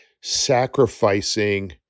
sacrificing